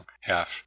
half